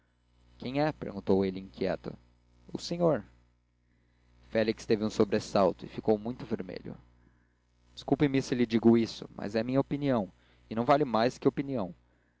vitorino quem perguntou ele inquieto o senhor félix teve um sobressalto e ficou muito vermelho desculpe-me se lhe digo isto mas é a minha opinião e não vale mais que opinião